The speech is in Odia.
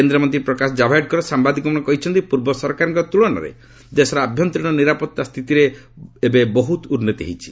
କେନ୍ଦ୍ରମନ୍ତ୍ରୀ ପ୍ରକାଶ ଜାଭ୍ଡେକର ସାମ୍ବାଦିକମାନଙ୍କୁ କହିଛନ୍ତି ପୂର୍ବ ସରକାରଙ୍କ ତୁଳନାରେ ଦେଶର ଆଭ୍ୟନ୍ତରୀଣ ନିରାପତ୍ତା ସ୍ଥିତିରେ ବହୁତ ଉନ୍ନତି ହୋଇଛି